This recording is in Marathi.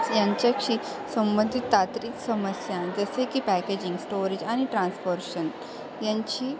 यांच्याशी संबंधित तांत्रिक समस्या जसे की पॅकेजिंग स्टोरेज आणि ट्रान्सपोर्शन यांची